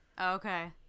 Okay